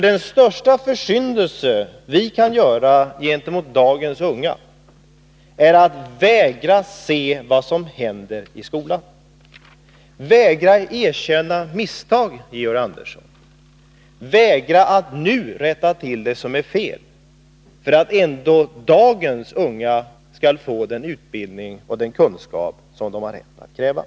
Den största försyndelse som vi kan göra gentemot dagens ungdomar är att vägra att se vad som händer i skolan, att vägra erkänna misstag, Georg Andersson, och att vägra att nu rätta till det som är fel för att ändå dagens ungdomar skall få den utbildning och den kunskap som de har rätt att kräva.